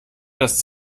das